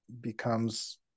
becomes